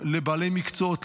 לבעלי מקצועות,